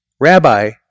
Rabbi